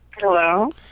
Hello